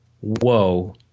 whoa